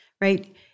right